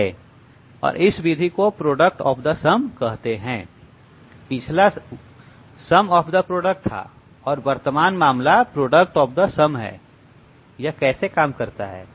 है और इस विधि को प्रोडक्ट ऑफ द सम कहते हैं पिछला वह सम ऑफ द प्रोडक्ट था और वर्तमान मामला प्रोडक्ट ऑफ द सम है यह कैसे काम करता है